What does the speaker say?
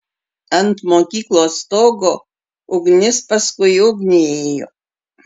ant mokyklos stogo ugnis paskui ugnį ėjo